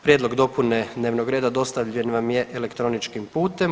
Prijedlog dopune dnevnog reda dostavljen vam je elektroničkim putem.